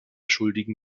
schuldigen